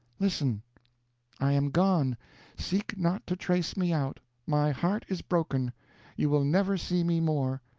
listen i am gone seek not to trace me out my heart is broken you will never see me more.